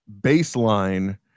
baseline